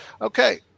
Okay